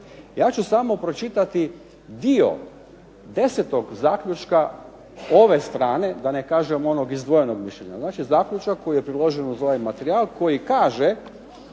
Ja ću samo pročitati dio desetog zaključka ove strane, da ne kažem onog izdvojenog mišljenja, znači zaključak koji je priložen uz ovaj materijal koji kaže,